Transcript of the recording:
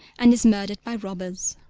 and is murdered by robbers.